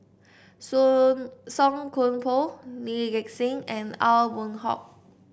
Song Song Koon Poh Lee Gek Seng and Aw Boon Haw